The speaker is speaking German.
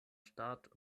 start